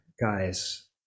guys